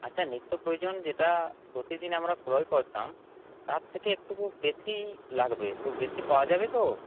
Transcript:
আচ্ছা নিত্য প্রয়োজন যেটা প্রতিদিন আমরা ক্রয় করতাম তার থেকে একটু বেশি লাগবে তো বেশি পাওয়া যাবে তো